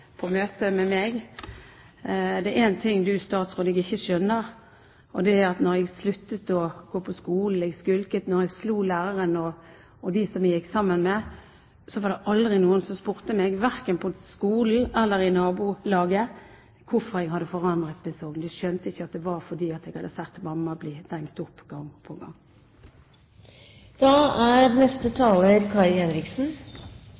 på skolen, når jeg skulket og når jeg slo læreren og dem som jeg gikk sammen med, var det aldri noen som spurte meg – verken på skolen eller i nabolaget – hvorfor jeg hadde forandret meg sånn. De skjønte ikke at det var fordi jeg hadde sett at mamma hadde blitt dengt opp gang på gang. Det er